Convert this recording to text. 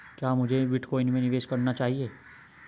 क्या मुझे बिटकॉइन में निवेश करना चाहिए?